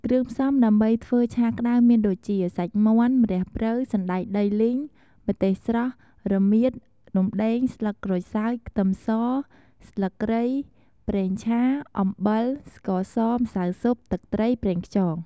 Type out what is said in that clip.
គ្រឿងផ្សំដើម្បីធ្វើឆាក្តៅមានដូចជា សាច់មាន់ ម្រះព្រៅ សណ្តែកដីលីង ម្ទេសស្រស់ រមៀត រំដេង ស្លឹកក្រូចសើច ខ្ទឹមស ស្លឹកគ្រៃ ប្រេងឆា អំបិល ស្ករស ម្សៅស៊ុប ទឹកត្រី ប្រេងខ្យង។